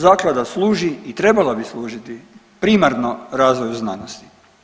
Zaklada služi i trebala bi služiti primarno razvoju znanosti.